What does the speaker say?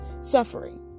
suffering